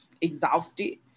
exhausted